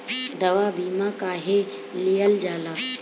दवा बीमा काहे लियल जाला?